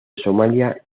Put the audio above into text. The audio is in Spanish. somalia